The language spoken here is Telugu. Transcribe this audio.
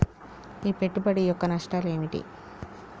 ఈ పెట్టుబడి యొక్క నష్టాలు ఏమిటి?